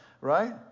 right